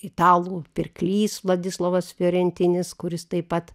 italų pirklys vladislovas fijorentinis kuris taip pat